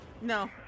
No